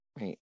Right